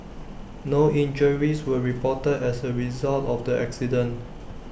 no injuries were reported as A result of the accident